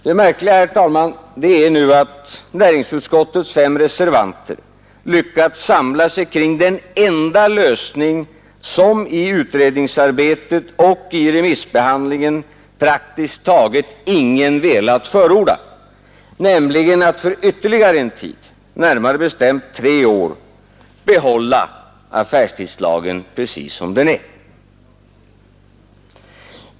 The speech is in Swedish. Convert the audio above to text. Det märkliga, herr talman, är nu att näringsutskottets fem reservanter lyckats samla sig kring den enda lösning som i utredningsarbetet och vid remissbehandlingen praktiskt taget ingen velat förorda, nämligen att för ytterligare en tid, närmare bestämt tre år, behålla affärstidslagen precis som den är.